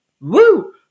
woo